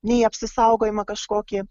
nei apsisaugojimą kažkokį